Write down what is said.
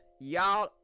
y'all